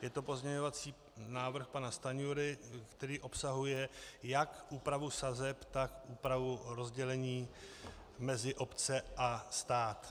Je to pozměňovací návrh pana Stanjury, který obsahuje jak úpravu sazeb, tak úpravu rozdělení mezi obce a stát.